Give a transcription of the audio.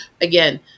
again